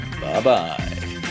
Bye-bye